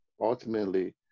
Ultimately